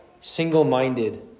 single-minded